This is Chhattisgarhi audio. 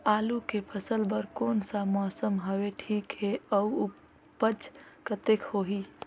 आलू के फसल बर कोन सा मौसम हवे ठीक हे अउर ऊपज कतेक होही?